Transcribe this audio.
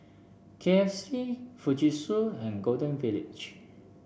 K F C Fujitsu and Golden Village